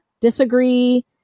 disagree